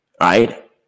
Right